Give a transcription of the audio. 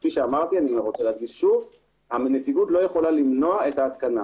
כפי שאמרתי, הנציגות לא יכולה למנוע את ההתקנה